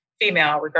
female